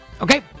Okay